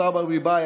השרה ברביבאי,